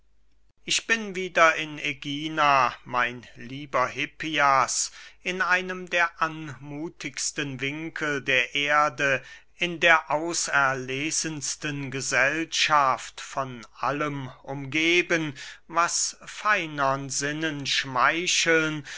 ich bin wieder in ägina mein lieber hippias in einem der anmuthigsten winkel der erde in der auserlesensten gesellschaft von allem umgeben was feinern sinnen schmeicheln